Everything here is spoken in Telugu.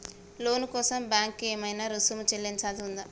లోను కోసం బ్యాంక్ కి ఏమైనా రుసుము చెల్లించాల్సి ఉందా?